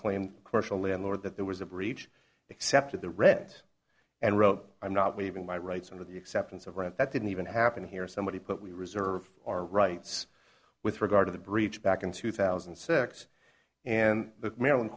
claimed cordial landlord that there was a breach except at the reds and wrote i'm not leaving my rights under the acceptance of right that didn't even happen here somebody put we reserve our rights with regard to the breach back in two thousand and six and the maryland